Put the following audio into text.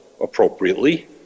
appropriately